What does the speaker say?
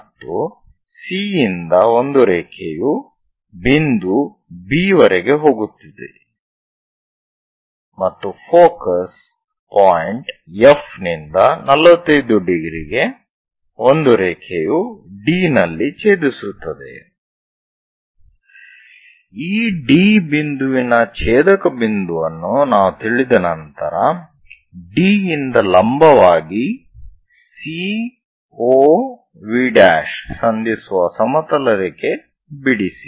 ಮತ್ತು C ಯಿಂದ ಒಂದು ರೇಖೆಯು ಬಿಂದು B ವರೆಗೆ ಹಾದುಹೋಗುತ್ತದೆ ಮತ್ತು ಫೋಕಸ್ ಪಾಯಿಂಟ್ F ನಿಂದ 45 ° ಗೆ ಒಂದು ರೇಖೆಯು D ನಲ್ಲಿ ಛೇದಿಸುತ್ತದೆ ಈ D ಬಿಂದುವಿನ ಛೇಧಕ ಬಿಂದುವನ್ನು ನಾವು ತಿಳಿದ ನಂತರ D ಯಿಂದ ಲಂಬವಾಗಿ C O V' ಸಂಧಿಸುವ ಸಮತಲ ರೇಖೆ ಬಿಡಿಸಿ